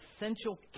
essential